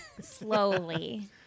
slowly